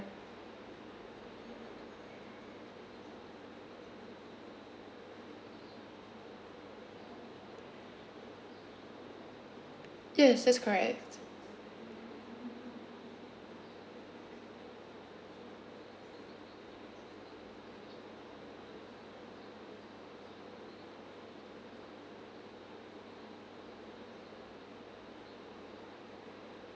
yes that's correct